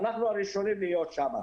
אנחנו הראשונים להיות שם,